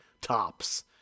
tops